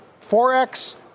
Forex